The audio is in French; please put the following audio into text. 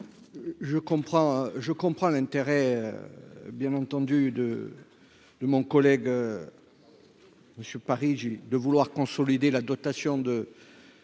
je comprends l'intérêt bien entendu de de mon collègue, suis pas de vouloir consolider la dotation de